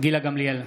גילה גמליאל,